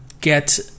Get